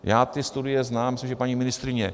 Já ty studie znám, myslím, že i paní ministryně.